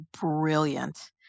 brilliant